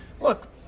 Look